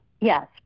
yes